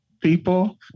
people